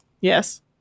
Yes